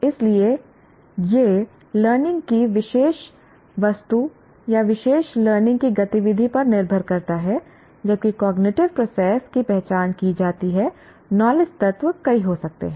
इसलिए यह लर्निंग की विशेष वस्तु या विशेष लर्निंग की गतिविधि पर निर्भर करता है जबकि कॉग्निटिव प्रोसेस की पहचान की जाती है नॉलेज तत्व कई हो सकते हैं